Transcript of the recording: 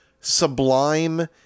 Sublime